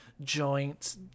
joint